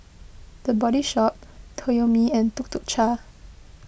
the Body Shop Toyomi and Tuk Tuk Cha